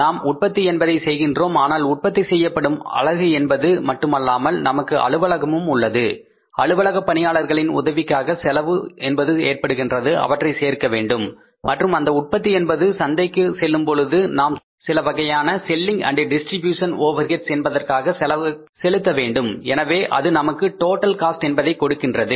நாம் உற்பத்தி என்பதை செய்கின்றோம் ஆனால் உற்பத்தி செய்யப்படும் அலகு என்பது மட்டுமல்லாமல் நமக்கு அலுவலகமும் தேவைப்படுகின்றது அலுவலகப் பணியாளர்களின் உதவிக்காக செலவு என்பதும் ஏற்படுகின்றது அவற்றை சேர்க்க வேண்டும் மற்றும் அந்த உற்பத்தி என்பது சந்தைக்கு செல்லும் பொழுது நாம் சில வகையான செல்லிங் அண்ட் டிஸ்ட்ரிபியூஷன் ஓவர்ஹெட்ஸ் என்பதற்காக செலுத்த வேண்டும் எனவே அது நமக்கு டோட்டல் காஸ்ட் என்பதை கொடுக்கின்றது